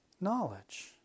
knowledge